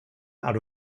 out